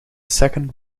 second